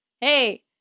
Hey